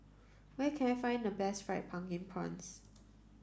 where can I find the best fried pumpkin prawns